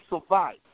survive